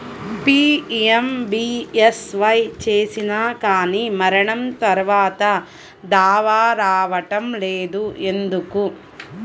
PMBSY చేసినా కానీ మరణం తర్వాత దావా రావటం లేదు ఎందుకు?